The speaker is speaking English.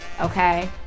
Okay